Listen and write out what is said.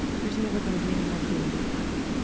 there's never going to be any more food in my life.